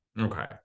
Okay